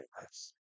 Yes